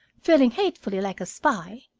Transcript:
feeling hatefully like a spy,